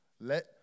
let